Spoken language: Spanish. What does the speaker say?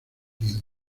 cliente